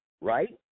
right